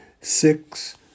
six